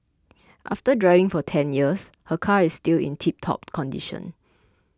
after driving for ten years her car is still in tiptop condition